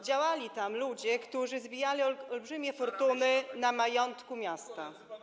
Działali tam ludzie, którzy zbijali olbrzymie fortuny na majątku miasta.